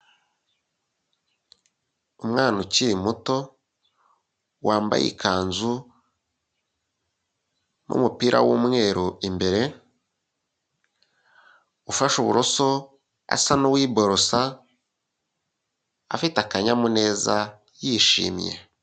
Umwana ukiri muto, wambaye ikanzu n'umupira w'umweru imbere, ufashe uburoso, asa n'uwiborosa, afite akanyamuneza, yishimye,